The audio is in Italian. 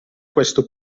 questo